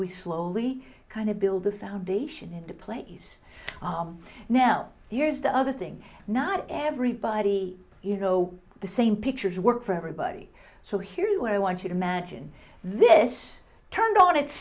we slowly kind of build the foundation into place now here's the other thing not everybody you know the same pictures work for everybody so here's where i want you to imagine this turned on its